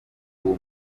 uwo